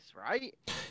right